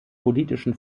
politischen